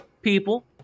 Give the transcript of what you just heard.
people